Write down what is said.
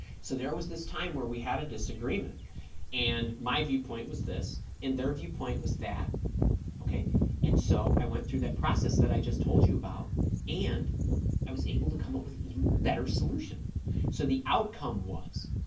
so there was this time where we had a disagreement and my viewpoint was this in their viewpoint was that okay and so i went through that process that i just told you about and i was able to come up with an even better solution so the outcome was